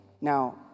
Now